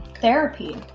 Therapy